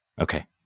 Okay